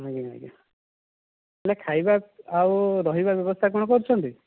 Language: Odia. ଆଜ୍ଞା ଆଜ୍ଞା ହେଲେ ଖାଇବା ଆଉ ରହିବା ବ୍ୟବସ୍ଥା କ'ଣ କରିଛନ୍ତି